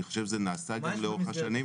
אני חושב שזה נעשה לאורך השנים.